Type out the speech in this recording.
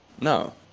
No